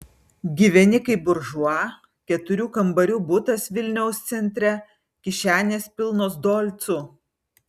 gyveni kaip buržua keturių kambarių butas vilniaus centre kišenės pilnos dolcų